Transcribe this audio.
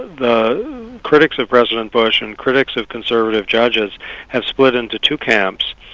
the critics of president bush and critics of conservative judges have split into two camps.